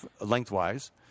lengthwise